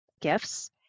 gifts